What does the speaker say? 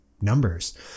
numbers